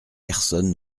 personne